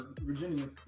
Virginia